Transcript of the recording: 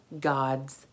God's